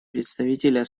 представителя